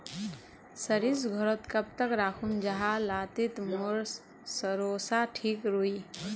सरिस घोरोत कब तक राखुम जाहा लात्तिर मोर सरोसा ठिक रुई?